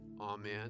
Amen